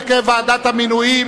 הרכב ועדת המינויים),